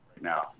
Now